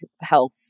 health